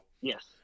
Yes